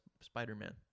spider-man